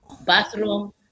bathroom